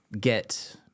get